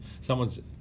someone's